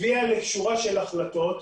הביאה לשורה של החלטות,